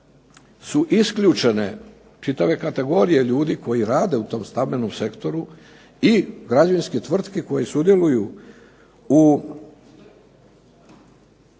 su isključene čitave kategorije ljudi koji rade u tom stambenom sektoru i građevinskih tvrtki koji sudjeluju u